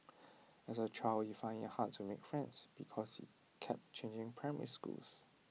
as A child he found IT hard to make friends because he kept changing primary schools